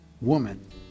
woman